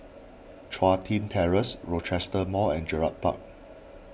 Chun Tin Terrace Rochester Mall and Gerald Park